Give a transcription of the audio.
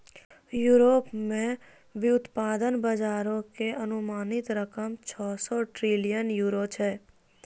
Europe मे व्युत्पादन बजारो के अनुमानित रकम छौ सौ ट्रिलियन यूरो छै